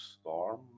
Storm